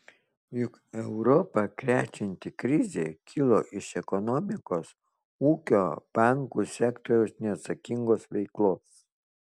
juk europą krečianti krizė kilo iš ekonomikos ūkio bankų sektoriaus neatsakingos veiklos